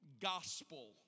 gospel